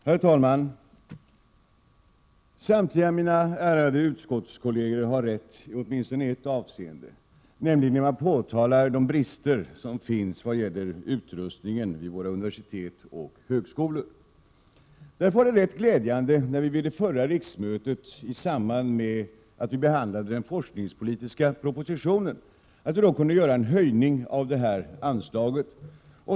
Herr talman! Samtliga mina ärade utskottskolleger har rätt i åtminstone ett avseende, nämligen när de påtalar de brister som finns vad gäller utrustningen vid våra universitet och högskolor. Därför var det rätt glädjande när vi vid förra riksmötet i samband med behandlingen av den forskningspolitiska propositionen kunde göra en höjning av anslaget.